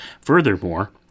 Furthermore